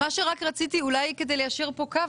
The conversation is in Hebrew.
אולי כדי ליישר קו,